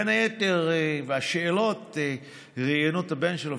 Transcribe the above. בין היתר ראיינו את הבן שלו,